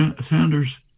Sanders